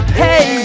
hey